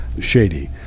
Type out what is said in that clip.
shady